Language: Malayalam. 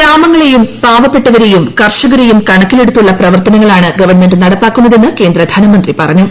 ഗ്രാമങ്ങളേയും പാവപ്പെട്ടവരേയും കർഷകരേയും കണക്കിലെടുത്തുള്ള പ്രവർത്തനങ്ങളാണ് ഗവൺമെന്റ് നടപ്പാക്കുന്നതെന്ന് കേന്ദ്രധനമന്ത്രി പറഞ്ഞു